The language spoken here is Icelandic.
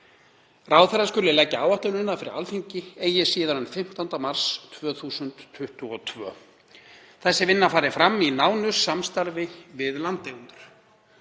Ráðherra skuli leggja áætlunina fyrir Alþingi eigi síðar en 15. mars 2022. Þessi vinna fari fram í nánu samstarfi við landeigendur.“